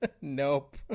nope